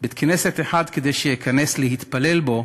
בית-כנסת אחד כדי שאכנס להתפלל בו,